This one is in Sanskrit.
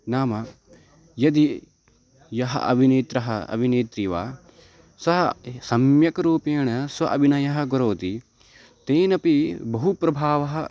नाम यदि यः अविनेत्रः अविनेत्री वा सः सम्यक् रूपेण स्व अभिनयः करोति तेनपि बहु प्रभावः